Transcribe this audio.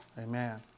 Amen